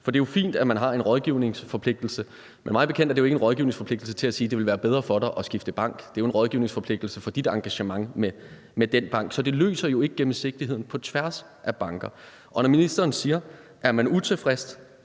For det er jo fint, at man har en rådgivningsforpligtelse, men mig bekendt er det jo ikke en rådgivningsforpligtelse til at sige: Det ville være bedre for dig at skifte bank. Det er jo en rådgivningsforpligtelse i forhold til ens engagement med den bank. Så det løser jo ikke det med gennemsigtigheden på tværs af banker. Og når ministeren under spørgsmålet